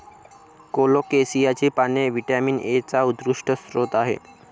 कोलोकेसियाची पाने व्हिटॅमिन एचा उत्कृष्ट स्रोत आहेत